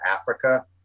Africa